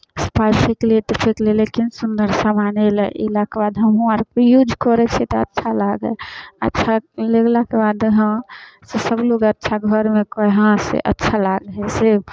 पाइ फेकलिए तऽ फेकलिए लेकिन सुन्दर समान अएलै ई लैके बाद हमहूँ आर यूज करै छिए तऽ अच्छा लागै हइ अच्छा लगलाके बाद हँ से सभलोक अच्छा घरमे कहै से हँ अच्छा लागै हइ से